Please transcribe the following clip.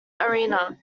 arena